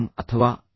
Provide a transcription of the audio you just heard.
ಅಥವಾ ಪಿ